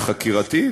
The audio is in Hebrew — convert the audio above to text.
החקירתי,